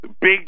big